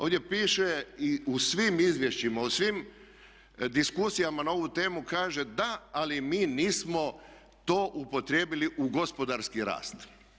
Ovdje piše i u svim izvješćima, u svim diskusijama na ovu temu kaže da ali mi nismo to upotrijebili u gospodarski rast.